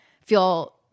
feel